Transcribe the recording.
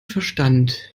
verstand